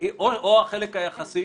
או החלק היחסי